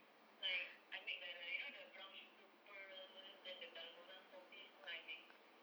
like I make the the you know the brown sugar pearl then the dalgona coffee semua I make